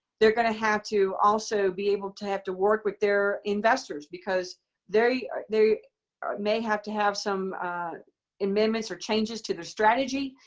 they're going to have to also be able to have to work with their investors because they they may have to have some amendments or changes to their strategy.